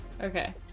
Okay